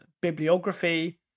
bibliography